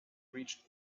reached